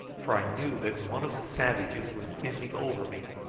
for i knew that one of the savages was bending over me,